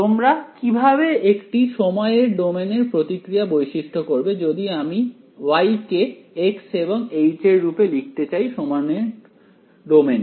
তোমরা কিভাবে একটি সময়ের ডোমেইনের প্রতিক্রিয়া বৈশিষ্ট্য করবে যদি আমি y কে x এবং h এর রূপে লিখতে চাই সময় ডোমেইনে